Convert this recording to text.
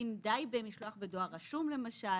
האם די במשלוח דואר רשום למשל.